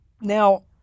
Now